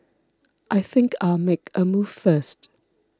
I think I'll make a move first